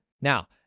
Now